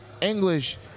English